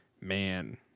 man